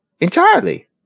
entirely